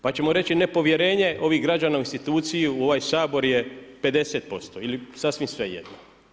Pa ćemo reći, nepovjerenje ovih građana u instituciju, u ovaj Sabor je 50% ili sasvim svejedno.